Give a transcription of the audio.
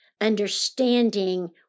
understanding